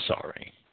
sorry